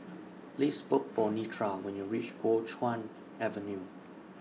Please Look For Nedra when YOU REACH Kuo Chuan Avenue